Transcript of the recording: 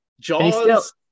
Jaws